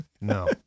No